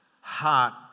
heart